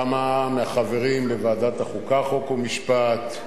כמה מהחברים בוועדת החוקה, חוק ומשפט,